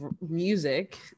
music